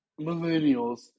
millennials